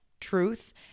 truth